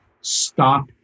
stop